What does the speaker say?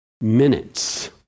minutes